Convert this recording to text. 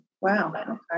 wow